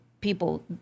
people